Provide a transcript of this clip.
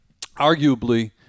Arguably –